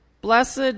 Blessed